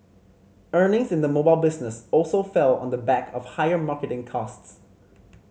earnings in the mobile business also fell on the back of higher marketing costs